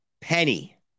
penny